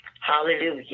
Hallelujah